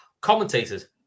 commentators